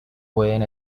pueden